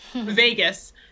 Vegas